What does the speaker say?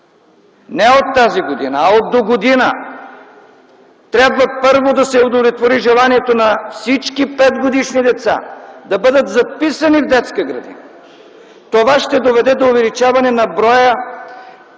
Не от тази година, а от следващата година трябва първо да се удовлетвори желанието на всички петгодишни деца да бъдат записани в детска градина. Това ще доведе до увеличаване на общия